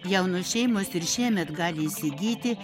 jaunos šeimos ir šiemet gali įsigyti